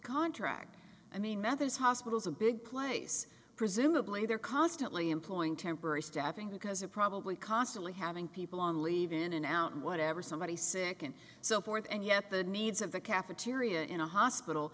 contract i mean meth is hospitals a big place presumably they're constantly employing temporary staffing because they're probably constantly having people on leave in and out and whatever somebody's sick and so forth and yet the needs of the cafeteria in a hospital